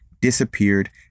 disappeared